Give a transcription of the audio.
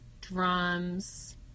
drums